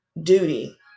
duty